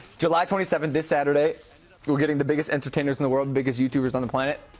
july twenty seventh, this saturday, we are getting the biggest entertainers in the world, biggest youtubers on the planet,